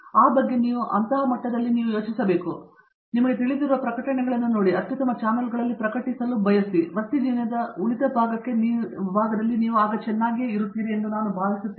ಮತ್ತು ಆ ಬಗ್ಗೆ ನಾನು ಯೋಚಿಸುತ್ತೇನೆ ನಿಮಗೆ ತಿಳಿದಿರುವ ಆ ಪ್ರಕಟಣೆಗಳನ್ನು ನೋಡಿ ಅತ್ಯುತ್ತಮ ಚಾನಲ್ಗಳಲ್ಲಿ ಪ್ರಕಟಿಸಲು ಬಯಸುತ್ತೇನೆ ಮತ್ತು ನಿಮ್ಮ ವೃತ್ತಿಜೀವನದ ಉಳಿದ ಭಾಗಕ್ಕೆ ನೀವು ಚೆನ್ನಾಗಿಯೇ ಇರುತ್ತೀರಿ ಎಂದು ನಾನು ಭಾವಿಸುತ್ತೇನೆ